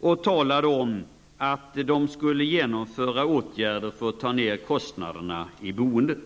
och talade om att de skulle genomföra åtgärder för att ta ned kostnaderna i boendet.